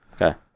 Okay